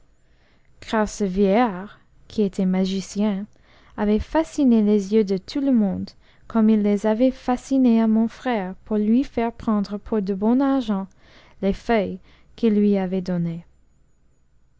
vieillard qui était magicien avait fasciné les yeux de tout le monde comme il les avait fascinés à mon frère pour lui faire prendre pour de bon argent les feuilles qu'i lui avait données